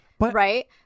right